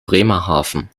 bremerhaven